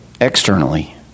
externally